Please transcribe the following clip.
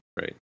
right